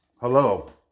Hello